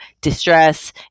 distress